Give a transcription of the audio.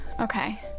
Okay